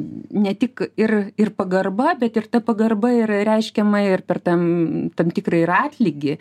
ne tik ir ir pagarba bet ir ta pagarba yra reiškiama ir per tam tam tikrą ir atlygį